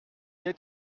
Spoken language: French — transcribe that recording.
est